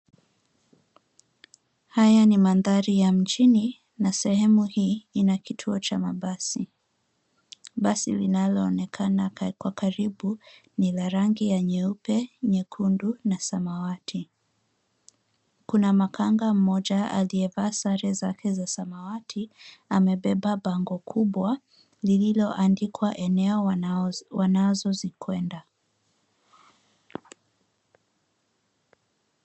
Haya ni mandhari ya mjini na sehemu hii ina kituo cha mabasi. Basi linaloonekana kwa ukaribu ni la rangi ya nyeupe, nyekundu na ya samawati. Kuna makanga mmoja aliyevaa sare zake za samawati na amebeba bango kubwa lililoandikwa eneo wanazozikwenda.